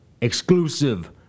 exclusive